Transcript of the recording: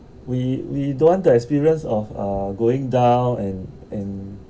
we we don't want to experience of uh going down and and